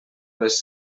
les